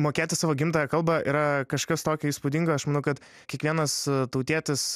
mokėti savo gimtąją kalbą yra kažkas tokio įspūdingo aš manau kad kiekvienas tautietis